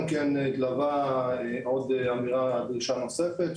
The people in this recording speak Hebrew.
גם כן התלוותה עוד דרישה נוספת,